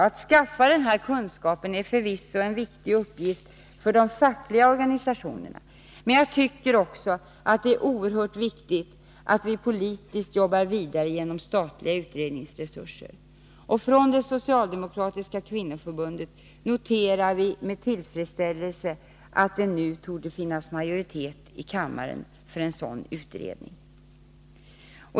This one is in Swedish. Att skaffa de här kunskaperna är förvisso en viktig uppgift för de fackliga organisationerna. Men jag tycker också att det är oerhört viktigt att vi politiskt jobbar vidare med hjälp av statliga utredningsresurser. Från det socialdemokratiska kvinnoförbundet noterar vi med tillfredsställelse att det nu torde finnas majoritet i kammaren för en sådan utredning.